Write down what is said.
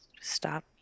stop